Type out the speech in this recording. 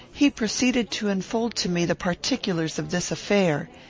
he proceeded to unfold to me the particulars of this affair.